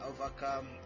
overcome